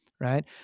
right